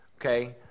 Okay